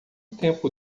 tempo